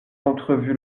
entrevu